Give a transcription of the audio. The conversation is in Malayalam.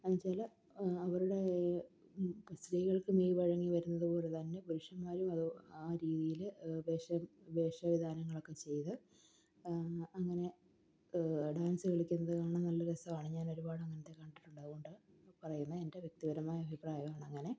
എന്നുവെച്ചാല് അവരുടെ സ്ത്രീകൾക്ക് മെയ് വഴങ്ങി വരുന്നതപോലെ തന്നെ പുരുഷന്മാരും അത് ആ രീതിയില് വേഷവിധാനങ്ങളൊക്കെ ചെയ്ത് അങ്ങനെ ഡാൻസ് കളിക്കുന്നത് കാണൻ നല്ല രസമാണ് ഞാനൊരുപാട് അങ്ങനത്തെ കണ്ടിട്ടുണ്ട് അതുകൊണ്ട് പറയുന്നതാണ് എൻ്റെ വ്യക്തിപരമായ അഭിപ്രായമാണ് അങ്ങനെ